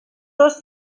dos